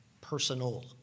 personal